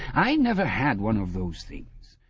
i never had one of those things.